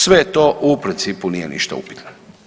Sve to u principu nije ništa upitno.